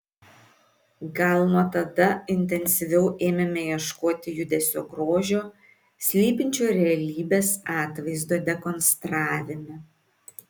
gal nuo tada intensyviau ėmėme ieškoti judesio grožio slypinčio realybės atvaizdo dekonstravime